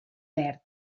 verd